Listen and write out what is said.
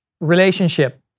relationship